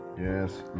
Yes